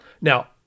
Now